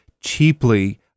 cheaply